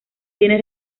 tiene